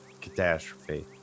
catastrophe